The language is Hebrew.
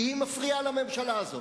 כי היא מפריעה לממשלה הזאת.